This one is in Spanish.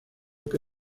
que